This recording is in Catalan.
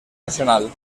nacional